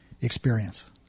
experience